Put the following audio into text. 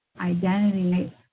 identity